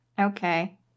Okay